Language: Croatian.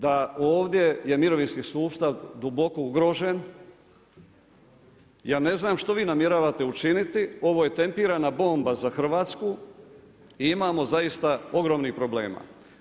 Znači, da ovdje je mirovinski sustav duboko ugrožen, ja ne znam što vi namjeravate učiniti, ovo je tempirana bomba za Hrvatsku i imamo zaista ogromnih problema.